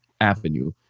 avenue